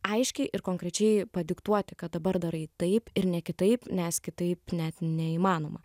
aiškiai ir konkrečiai padiktuoti kad dabar darai taip ir ne kitaip nes kitaip net neįmanoma